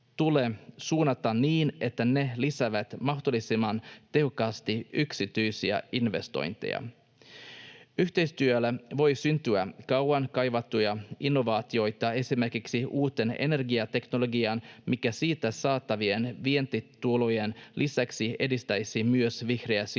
tulee suunnata niin, että ne lisäävät mahdollisimman tehokkaasti yksityisiä investointeja. Yhteistyöllä voi syntyä kauan kaivattuja innovaatioita esimerkiksi uuteen energiateknologiaan, mikä siitä saatavien vientitulojen lisäksi edistäisi myös vihreää siirtymää